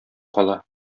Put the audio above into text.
кала